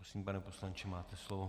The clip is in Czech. Prosím, pane poslanče, máte slovo.